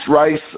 race